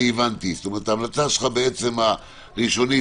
הראשונית,